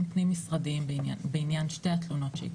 פנים משרדיים בעניין שתי התלונות שהגיעו.